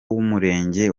w’umurenge